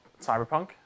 Cyberpunk